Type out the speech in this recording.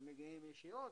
הם מגיעים ישירות,